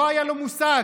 לא היה לו מושג.